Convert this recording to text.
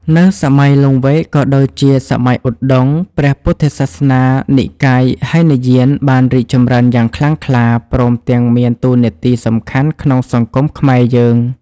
នៅសម័យលង្វែកក៏ដូចជាសម័យឧត្តុង្គ ព្រះពុទ្ធសាសនានិកាយហីនយានបានរីកចម្រើនយ៉ាងខ្លាំងក្លា ព្រមទាំងមានតួនាទីសំខាន់ក្នុងសង្គមខ្មែរយើង ។